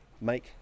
make